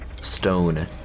stone